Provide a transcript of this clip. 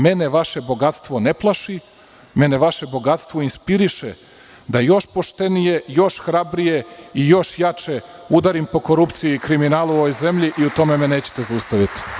Mene vaše bogatstvo ne plaši, mene vaše bogatstvo inspiriše da još poštenije, još hrabrije i još jače udarim po korupciji i kriminalu u ovoj zemlji i u tome me nećete zaustaviti.